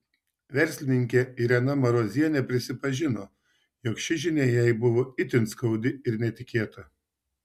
verslininkė irena marozienė prisipažino jog ši žinia jai buvo itin skaudi ir netikėta